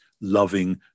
loving